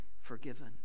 forgiven